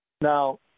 Now